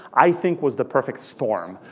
i think, was the perfect storm.